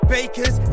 Bakers